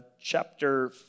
chapter